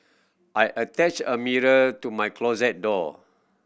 I attach a mirror to my closet door